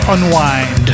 Unwind